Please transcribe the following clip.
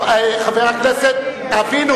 תבינו,